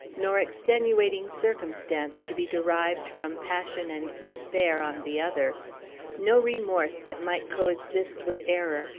nor extenuating circumstance to be derived from passion and despair, on the other no remorse that might coexist with error,